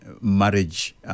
marriage